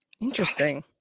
interesting